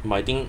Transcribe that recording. but I think